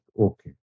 Okay